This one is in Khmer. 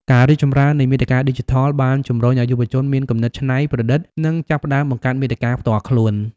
ការរីកចម្រើននៃមាតិកាឌីជីថលបានជំរុញឱ្យយុវជនមានគំនិតច្នៃប្រឌិត និងចាប់ផ្តើមបង្កើតមាតិកាផ្ទាល់ខ្លួន។